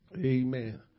Amen